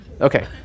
okay